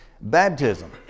baptism